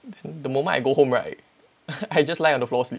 then the moment I go home right I just lie on the floor sleep